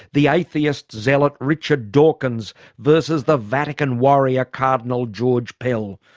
the atheist zealot richard dawkins versus the vatican warrior cardinal george pell.